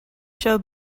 show